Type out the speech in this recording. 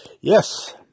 Yes